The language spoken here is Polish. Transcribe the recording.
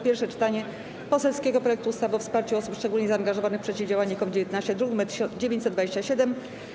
Pierwsze czytanie poselskiego projektu ustawy o wsparciu osób szczególnie zaangażowanych w przeciwdziałanie COVID-19, druk nr 927,